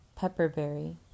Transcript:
Pepperberry